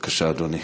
אדוני.